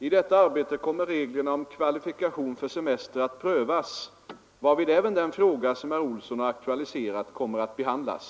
I detta arbete kommer reglerna om kvalifikation för semester att prövas, varvid även den fråga som herr Olsson har aktualiserat kommer att behandlas.